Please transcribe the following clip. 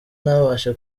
ntabashe